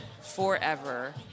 forever